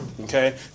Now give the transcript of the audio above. okay